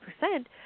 percent